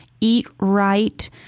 EatRight